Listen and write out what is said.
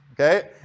Okay